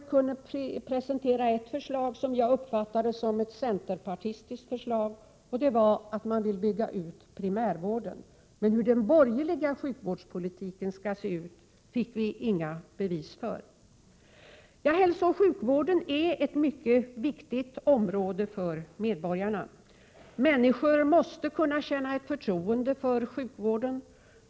1987/88:96 presentera ett förslag, som jag uppfattade såsom ett centerpartistiskt förslag, 8 april 1988 syftande till att man skall bygga ut primärvården. Hur den borgerliga sjukvårdspolitiken ser ut fick vi inga uppgifter om. Hälsooch sjukvården är ett mycket viktigt område för medborgarna. Människor måste kunna känna förtroende för sjukvården.